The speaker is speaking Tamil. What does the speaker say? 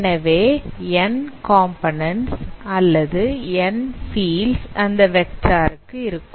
எனவே n காம்போநன்ண்ட அல்லது n பீல்டு அந்த வெக்டார் க்கு இருக்கும்